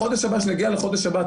בחודש הבא, כשנגיע לחודש הבא.